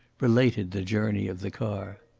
related the journey of the car.